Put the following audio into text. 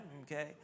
Okay